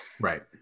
Right